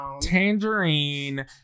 tangerine